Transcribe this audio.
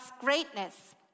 greatness